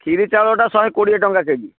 କ୍ଷୀରି ଚାଉଳଟା ଶହେ କୋଡ଼ିଏ ଟଙ୍କା କେଜି